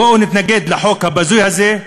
בואו נתנגד לחוק הבזוי הזה,